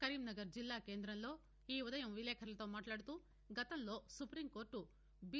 కరీంనగర్ జిల్లా కేందంలో ఈ ఉదయం విలేకర్లతో మాట్లాడుతూ గతంలో సుప్రీంకోర్టు బి